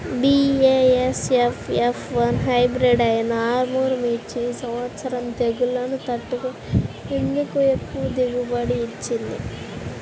BASF F one hybrid అయినా ఆర్ముర్ మిర్చి ఈ సంవత్సరం తెగుళ్లును తట్టుకొని ఎందుకు ఎక్కువ దిగుబడి ఇచ్చింది?